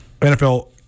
NFL